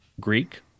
Greek